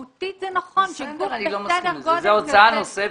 מהותית זה נכון שגוף בסדר גודל כזה,